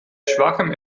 schwachem